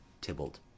Tybalt